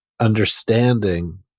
understanding